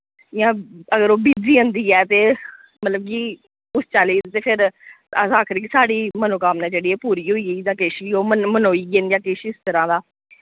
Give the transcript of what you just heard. इ'यां अगर ओ बिज्जी जन्दी ऐ ते मतलब की उस चाल्ली ते फिर अस आखने कि साढ़ी मनोकामना जेह्ड़ी ओ पूरी होइयी जां किश वि हो मन मनोइये न यां किश इस तरह दा